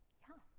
yeah.